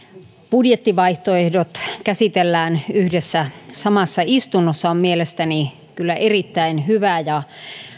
budjettivaihtoehdot käsitellään yhdessä ja samassa istunnossa on mielestäni kyllä erittäin hyvä ja